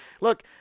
Look